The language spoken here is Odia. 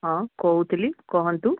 ହଁ କହୁଥିଲି କହନ୍ତୁ